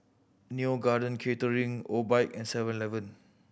Neo Garden Catering Obike and Seven Eleven